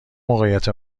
موقعیت